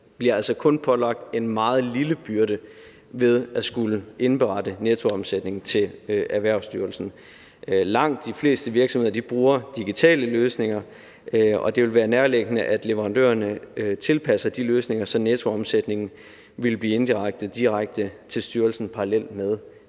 kun bliver pålagt en meget lille byrde ved at skulle indberette nettoomsætning til Erhvervsstyrelsen. Langt de fleste virksomheder bruger digitale løsninger, og det vil være nærliggende, at leverandørerne tilpasser de løsninger, så nettoomsætningen vil blive indberettet direkte til Erhvervsstyrelsen